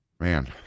Man